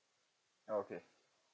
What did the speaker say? okay